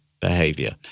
Behavior